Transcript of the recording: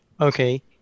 okay